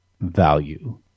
value